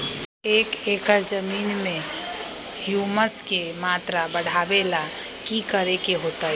एक एकड़ जमीन में ह्यूमस के मात्रा बढ़ावे ला की करे के होतई?